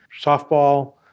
softball